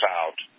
out